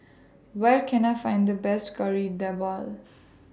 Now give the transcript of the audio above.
Where Can I Find The Best Kari Debal